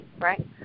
right